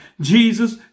Jesus